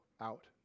out